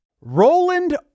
Roland